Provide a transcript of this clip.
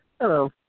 Hello